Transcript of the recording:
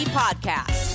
podcast